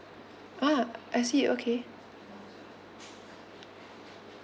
ah I see okay